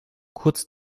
kurz